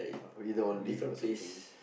either on leave or something